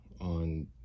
on